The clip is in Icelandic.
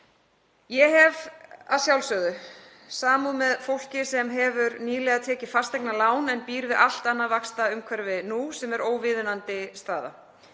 Ég hef að sjálfsögðu samúð með fólki sem hefur nýlega tekið fasteignalán en býr við allt annað vaxtaumhverfi nú, sem er óviðunandi staða.